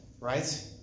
right